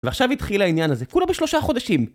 ועכשיו התחיל העניין הזה, כולו בשלושה חודשים!